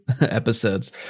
episodes